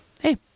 hey